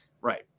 Right